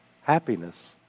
happiness